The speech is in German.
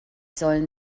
sollen